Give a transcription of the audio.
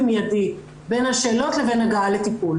מיידי בין השאלות לבין הגעה לטיפול.